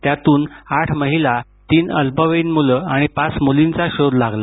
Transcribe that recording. त्यातून आठ महिला तीन अल्पवयीन मुलं आणि पाच मुलींचा शोध लागला